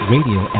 Radio